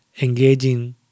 engaging